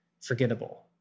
forgettable